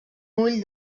ull